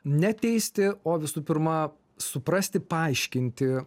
neteisti o visų pirma suprasti paaiškinti